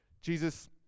Jesus